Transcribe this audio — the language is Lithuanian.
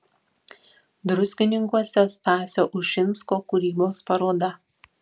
druskininkuose stasio ušinsko kūrybos paroda